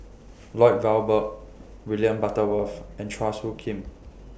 Lloyd Valberg William Butterworth and Chua Soo Khim